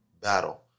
battle